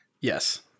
Yes